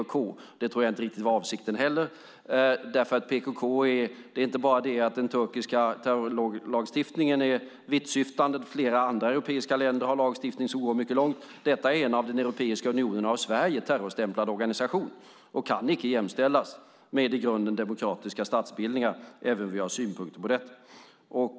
Inte heller detta tror jag riktigt var avsikten, för det är inte bara den turkiska terrorlagstiftningen som är vittsyftande. Flera andra europeiska länder har lagstiftning som går mycket långt. Detta är en av Europeiska unionen och Sverige terrorstämplad organisation, och den kan icke jämställas med i grunden demokratiska statsbildningar, även om vi har synpunkter på dem.